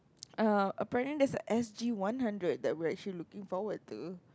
err apparently there's a S_G one hundred that we are actually looking forward to